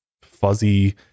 fuzzy